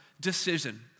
decision